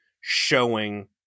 showing